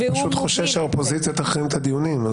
הוא פשוט חושש שהאופוזיציה תחרים את הדיונים.